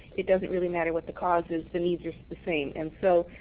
it doesn't really matter what the cause is. the needs are the same. and so,